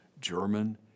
German